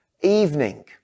evening